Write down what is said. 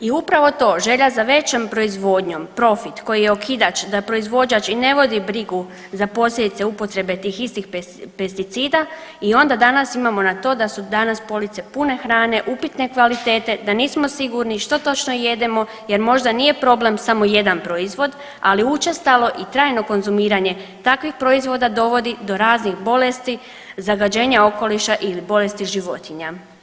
I upravo to, želja za većom proizvodnjom, profit koji je okidač da proizvođač i ne vodi brigu za posljedice upotrebe tih istih pesticida i onda danas imamo to da su danas police pune hrane upitne kvalitete da nismo sigurni što točno jedemo jer možda nije problem samo jedan proizvod, ali učestalo i trajno konzumiranje takvih proizvoda dovodi do raznih bolesti, zagađenja okoliša ili bolesti životinja.